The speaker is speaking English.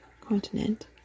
continent